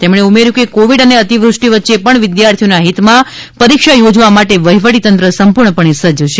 તેમણે ઉમેર્યું છે કે કોવિડ અને અતિવૃષ્ટિ વચ્ચે પણ વિદ્યાર્થીઓના હિતમાં પરીક્ષા યોજવા માટે વહીવટી તંત્ર સંપૂર્ણપણે સુસજ્જ છે